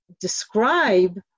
describe